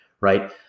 right